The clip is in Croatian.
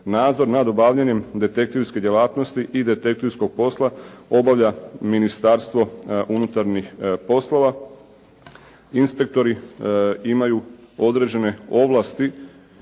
Nadzor nad obavljanjem detektivske djelatnosti i detektivskog posla obavlja Ministarstvo unutarnjih poslova. Inspektori imaju određene ovlasti